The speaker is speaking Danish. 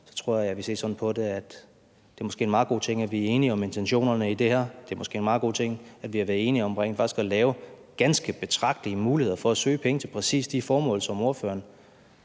– tror jeg, at jeg ville se sådan på det, at det måske er en meget god ting, at vi er enige om intentionerne i det her, at det måske er en meget god ting, at vi har været enige om faktisk at skabe ganske betragtelige muligheder for at søge penge til præcis de formål, som ordføreren